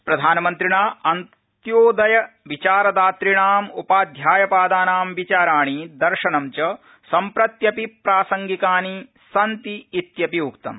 प्रधानमन्त्रिणा अन्त्योदय विचारदातृणाम् उपाध्यायपादानां विचाराणि दर्शनं च सम्प्रत्यपि प्रासंगिकानि सन्ति इतिउक्तम्